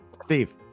Steve